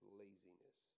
laziness